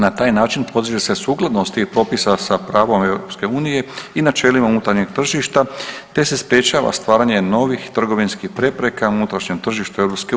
Na taj način postiže se sukladnost tih propisa sa pravom EU inače je li unutarnjeg tržišta te se sprječava stvaranje novih trgovinskih prepreka u unutrašnjem tržištu EU.